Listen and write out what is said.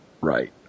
right